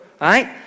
right